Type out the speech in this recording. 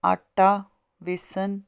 ਆਟਾ ਵੇਸਣ